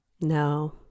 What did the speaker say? no